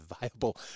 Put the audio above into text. viable